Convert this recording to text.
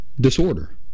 disorder